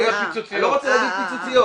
אני לא רוצה להגיד פיצוציות.